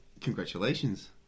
Congratulations